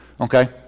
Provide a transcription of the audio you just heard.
Okay